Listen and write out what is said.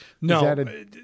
No